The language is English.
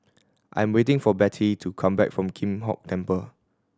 I'm waiting for Bettye to come back from Kim Hong Temple